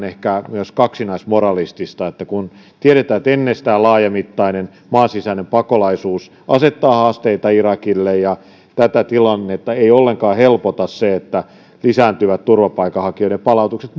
ehkä vähän kaksinaismoralistista kun tiedetään että ennestään laajamittainen maan sisäinen pakolaisuus asettaa haasteita irakille ja tätä tilannetta eivät ollenkaan helpota lisääntyvät turvapaikanhakijoiden palautukset